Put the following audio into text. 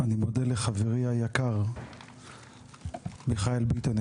אני מודה לחברי היקר מיכאל ביטון,